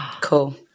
Cool